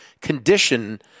condition